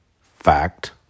fact